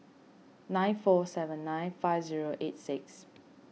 nine four seven nine five zero eight six